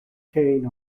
kane